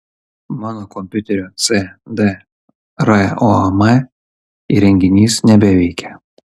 mano kompiuterio cd rom įrenginys nebeveikia